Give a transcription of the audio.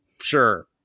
sure